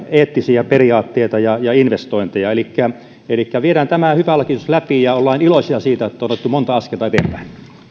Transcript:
eettisiä periaatteita ja ja investointeja elikkä elikkä viedään tämä hyvä lakiesitys läpi ja ollaan iloisia siitä että on otettu monta askelta eteenpäin